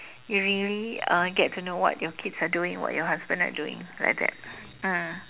you really uh get to know what your kids are doing what your husband are doing like that mm